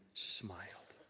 smiled.